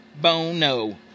bono